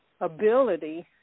ability